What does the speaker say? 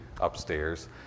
upstairs